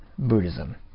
buddhism